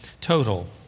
total